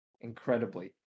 incredibly